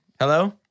Hello